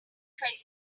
twenty